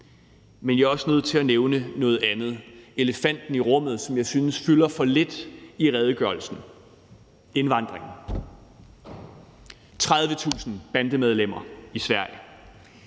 Men jeg er også nødt til at nævne noget andet, nemlig elefanten i rummet, som jeg synes fylder for lidt i redegørelsen: indvandring. Der er 30.000 bandemedlemmer i Sverige.